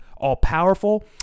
all-powerful